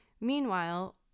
Meanwhile